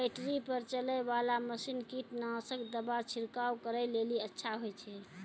Battery पर चलै वाला मसीन कीटनासक दवा छिड़काव करै लेली अच्छा होय छै?